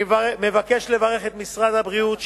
אני מבקש לברך את משרד הבריאות,